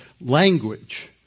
language